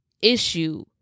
issue